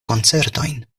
koncertojn